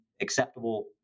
acceptable